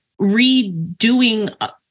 redoing